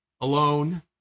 alone